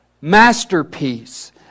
masterpiece